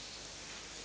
Hvala.